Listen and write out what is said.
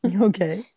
Okay